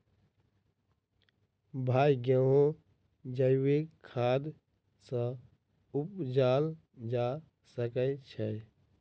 भाई गेंहूँ जैविक खाद सँ उपजाल जा सकै छैय?